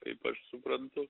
kaip aš suprantu